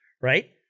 Right